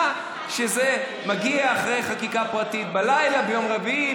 שזה מגיע אחרי חקיקה פרטית בלילה ביום רביעי,